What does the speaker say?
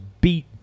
beat